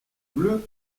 bleue